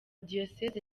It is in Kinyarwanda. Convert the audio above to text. diyoseze